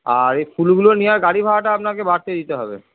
আর এই ফুলগুলো নেওয়ার গাড়ি ভাড়াটা আপনাকে বাড়তি দিতে হবে